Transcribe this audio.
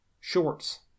shorts